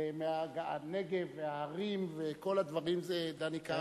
והנגב, וההרים, וכל הדברים, זה דני קרוון.